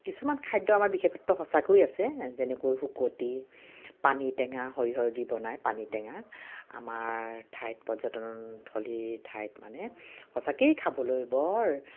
কিছুমান খাদ্য আমাৰ বিশেষত্ব সঁচাকৈ আছে যেনেকৈ শুকতি পানী টেঙা সৰিয়হ দি বনাই পানী টেঙা আমাৰ ঠাইত পৰ্যটন থলীৰ ঠাইত মানে সঁচাকৈয়ে খাবলৈ বৰ